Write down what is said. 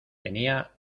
tenía